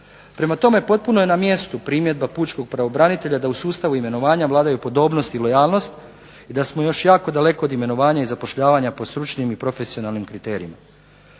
Prema tome, potpuno je na mjestu primjedba pučkog pravobranitelja da u sustavu imenovanja vladaju podobnost i lojalnost i da smo još jako daleko od imenovanja i zapošljavanja po stručnim i profesionalnim kriterijima.